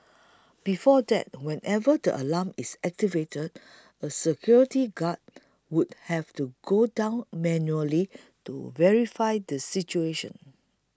before that whenever the alarm is activated a security guard would have to go down manually to verify the situation